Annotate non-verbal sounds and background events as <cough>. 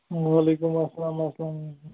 وعلیکُم السلام السلامُ <unintelligible>